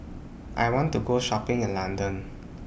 I want to Go Shopping in London